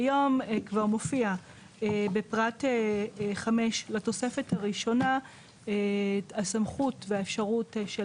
כיום כבר מופיעות בפרט 5 לתוספת הראשונה הסמכות והאפשרות של